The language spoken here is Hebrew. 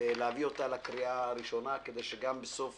להביא אותה לקריאה הראשונה כדי שבסוף